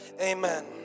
amen